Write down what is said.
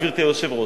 גברתי היושבת-ראש?